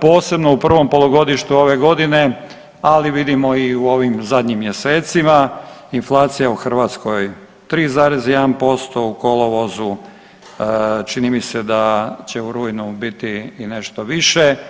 posebno u prvom polugodištu ove godine, ali vidimo i u ovim zadnjim mjesecima inflacija u Hrvatskoj 3,1% u kolovozu, čini mi se da će u rujnu biti i nešto više.